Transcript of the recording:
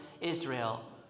Israel